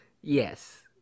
yes